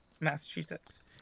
Massachusetts